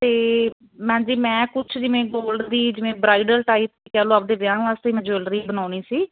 ਤੇ ਮੈਂ ਜੀ ਮੈਂ ਕੁਛ ਜਿਵੇਂ ਗੋਲਡ ਦੀ ਜਿਵੇਂ ਬਰਾਈਡਲ ਟਾਈਪ ਕਹਿਲੋ ਆਪਦੇ ਵਿਆਹ ਵਾਸਤੇ ਮੈਂ ਜੁਅਲਰੀ ਬਣਾਉਣੀ ਸੀ